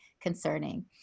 concerning